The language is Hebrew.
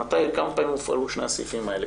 כמה פעמים הופעלו שני הסעיפים האלה.